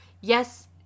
Yes